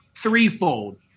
threefold